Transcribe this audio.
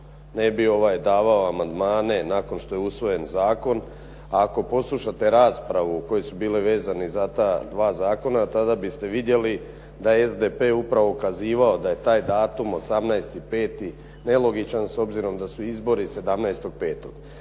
ne bi davao amandmane nakon što je usvojen zakon. A ako poslušate raspravu koje su bile vezani za ta dva zakona tada biste vidjeli da je SDP upravo ukazivao da je taj datum 18.5. nelogičan s obzirom da su izbori 17.5.